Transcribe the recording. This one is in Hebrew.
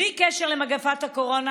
בלי קשר למגפת הקורונה,